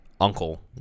uncle